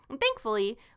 Thankfully